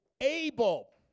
able